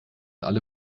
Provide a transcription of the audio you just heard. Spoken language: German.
alle